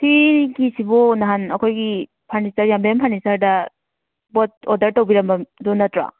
ꯁꯤꯒꯤꯁꯤꯕꯨ ꯅꯍꯥꯟ ꯑꯩꯈꯣꯏꯒꯤ ꯐꯔꯅꯤꯆꯔ ꯌꯥꯝꯕꯦꯝ ꯐꯔꯅꯤꯆꯔꯗ ꯄꯣꯠ ꯑꯣꯗꯔ ꯇꯧꯕꯤꯔꯝꯕ ꯗꯨ ꯅꯠꯇ꯭ꯔꯣ